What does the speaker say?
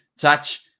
Touch